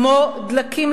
כמו דלקים,